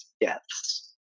deaths